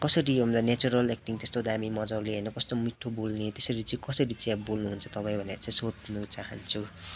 कसरी अन्त natural acting त्यस्तो दामी मज्जाले होइन कस्तो मिठो बोल्ने त्यसरी चाहिँ कसरी चाहिँ अब बोल्नुहुन्छ तपाईँ भनेर चाहिँ सोध्नु चाहन्छु